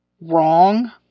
wrong